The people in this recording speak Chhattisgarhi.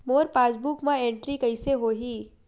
मोर पासबुक मा एंट्री कइसे होही?